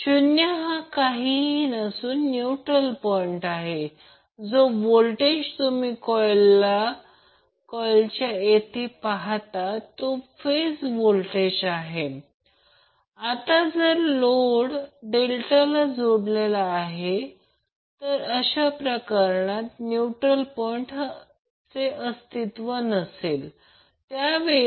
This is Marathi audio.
W1 W2 आणि W3 आणि मनोरंजक गोष्ट ही आहे हे मुद्दाम घेतले आहे हा लोड अनबॅलन्सड आहे कारण Za हा 15 Ω आहे त्याचप्रमाणे Zb हा 10 j5 Ω आहे आणि Zc हा 6 j8 आहे